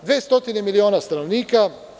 To 200 miliona stanovnika.